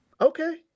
Okay